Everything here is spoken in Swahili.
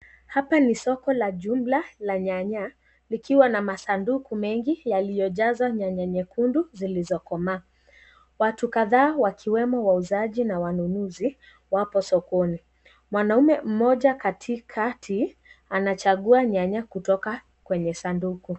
Hapa ni soko la jumla la nyanya likiwa na masanduku mengi yaliyojazwa nyanya nyekundu zilizokomaa, watu kadhaa wakiwemo wauzaji na wanunuzi wapo sokoni, mwanaume mmoja katikati anachagua nyanya kutoka kwenye sanduku.